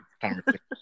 conversation